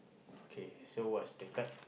kay so what's the card